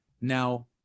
now